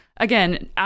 Again